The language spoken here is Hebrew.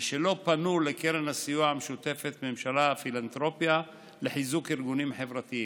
ושלא פנו לקרן הסיוע המשותפת ממשלה-פילנתרופיה לחיזוק ארגונים חברתיים,